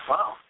Wow